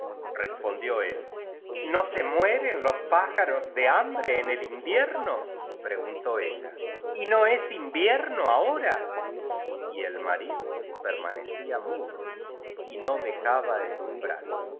respondió él no se mueren los pájaros de hambre en el invierno preguntó ella y no es invierno ahora y el marido permanecía mudo y no dejaba el umbral